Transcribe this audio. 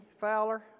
Fowler